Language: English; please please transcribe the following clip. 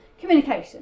Communication